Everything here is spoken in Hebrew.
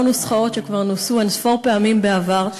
לא נוסחאות שכבר נוסו אין-ספור פעמים בעבר,